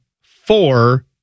four